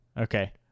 Okay